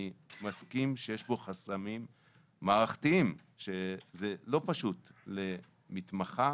אני מסכים שיש פה חסמים מערכתיים שזה לא פשוט למתמחה